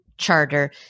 charter